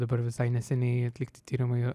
dabar visai neseniai atlikti tyrimai